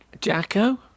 Jacko